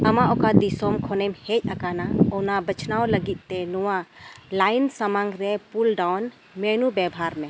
ᱟᱢᱟᱜ ᱚᱠᱟ ᱫᱤᱥᱚᱢ ᱠᱷᱚᱱᱮᱢ ᱦᱮᱡ ᱟᱠᱟᱱᱟ ᱚᱱᱟ ᱵᱟᱪᱷᱱᱟᱣ ᱞᱟᱹᱜᱤᱫᱛᱮ ᱱᱚᱣᱟ ᱞᱟᱭᱤᱱ ᱥᱟᱥᱟᱝᱨᱮ ᱯᱩᱞ ᱰᱟᱣᱩᱱ ᱢᱮᱱᱩ ᱵᱮᱵᱷᱟᱨᱢᱮ